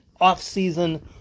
offseason